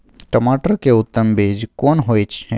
टमाटर के उत्तम बीज कोन होय है?